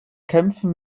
kämpfen